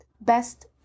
Best